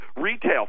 Retail